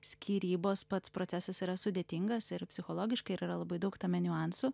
skyrybos pats procesas yra sudėtingas ir psichologiškai ir yra labai daug tame niuansų